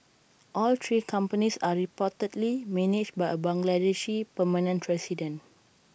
all three companies are reportedly managed by A Bangladeshi permanent resident